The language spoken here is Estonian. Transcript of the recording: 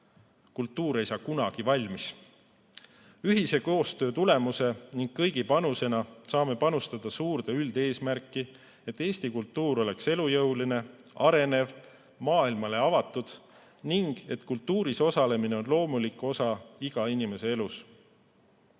Kultuur ei saa kunagi valmis. Ühise koostöö tulemusel ning kõigi panusena saame panustada suurde üldeesmärki, et Eesti kultuur oleks elujõuline, arenev ja maailmale avatud ning et kultuuris osalemine oleks loomulik osa iga inimese elus.